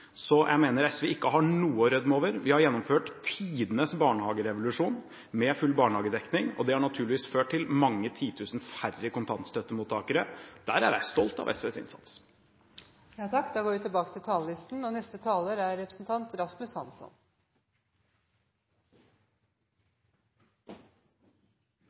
Så jeg mener at SV ikke har noe å rødme over. Vi har gjennomført tidenes barnehagerevolusjon med full barnehagedekning, og det har naturligvis ført til mange titusen færre kontantstøttemottakere. Der er jeg stolt av SVs innsats. Da er replikkordskiftet omme. Miljøpartiet De Grønne slutter seg åpenbart til alle andre som konstaterer at vi er